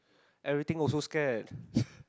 everything also scared